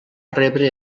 rebre